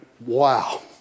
Wow